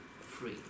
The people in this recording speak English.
free